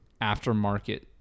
aftermarket